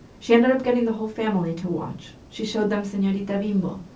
she ended up getting the whole family to watch. she showed them senorita bimbo.